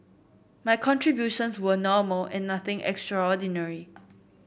my contributions were normal and nothing extraordinary